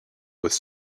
with